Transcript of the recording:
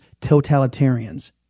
totalitarians